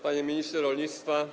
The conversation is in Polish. Panie Ministrze Rolnictwa!